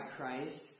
Christ